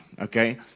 okay